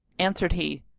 answered he,